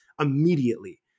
immediately